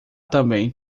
também